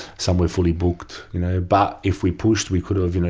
some were fully booked you know but if we pushed we could have, you know